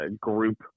group